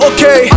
Okay